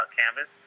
canvas